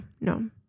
No